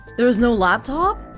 there's no laptop?